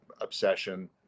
obsession